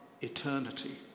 eternity